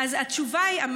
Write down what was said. אז התשובה היא,